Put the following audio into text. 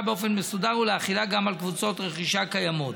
באופן מסודר ולהחילה גם על קבוצות רכישה קיימות.